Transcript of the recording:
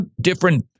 different